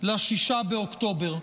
ל-6 באוקטובר.